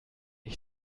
ich